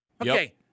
Okay